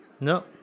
No